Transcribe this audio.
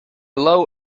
low